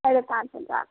साढ़े पाँच हज़ार